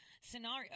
scenario